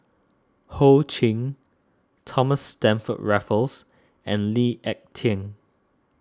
Ho Ching Thomas Stamford Raffles and Lee Ek Tieng